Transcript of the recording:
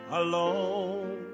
alone